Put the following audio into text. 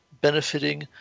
benefiting